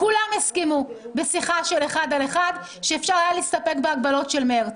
הסכימו שאפשר היה להסתפק בהגבלות של מרץ.